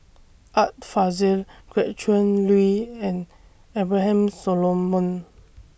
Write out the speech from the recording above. Art Fazil Gretchen Liu and Abraham Solomon